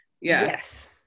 Yes